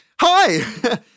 hi